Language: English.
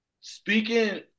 speaking –